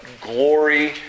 glory